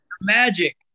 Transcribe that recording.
Magic